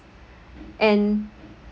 and